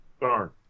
Darn